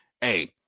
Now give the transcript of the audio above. Hey